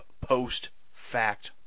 post-fact